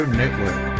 network